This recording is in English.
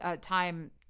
time